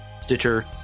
stitcher